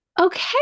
Okay